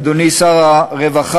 אדוני שר הרווחה,